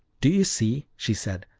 do you see! she said,